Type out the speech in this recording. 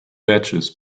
batches